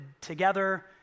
together